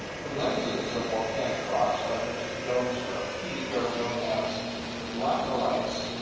the lenses of volcanic rocks by which the domes were upheaved are known as laccolites,